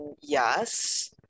yes